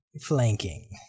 Flanking